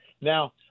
now